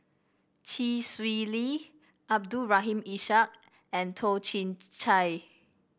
Chee Swee Lee Abdul Rahim Ishak and Toh Chin Chye